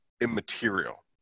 immaterial